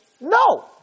No